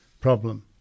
problem